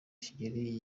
kigeli